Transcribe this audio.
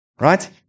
Right